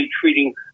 treating